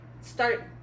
start